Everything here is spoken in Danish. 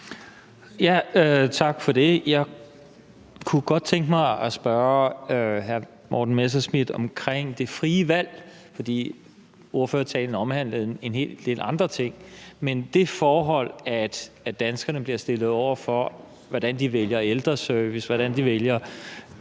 : Tak for det. Jeg kunne godt tænke mig at spørge hr. Morten Messerschmidt til det med det frie valg, for ordførertalen omhandlede en hel del andre ting. Med hensyn til det forhold, at danskerne bliver stillet over for, hvordan de vælger ældreservice, hvordan de vælger